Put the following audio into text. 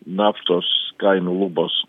naftos kainų lubos